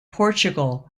portugal